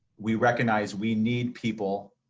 we recognize we need people,